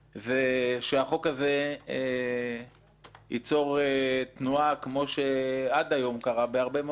זה שהחוק הזה ייצור תנועה כמו שעד היום קרה בהרבה מאוד דברים,